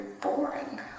boring